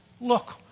look